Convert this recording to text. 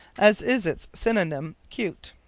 as is its synonym, cute.